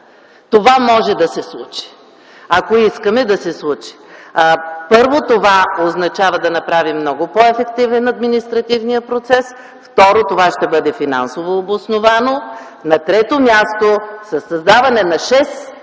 Това може да се случи, ако искаме да се случи. Първо, това означава да направим много по-ефективен административния процес. Второ, това ще бъде финансово обосновано. На трето място със създаване на 6